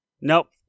nope